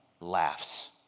laughs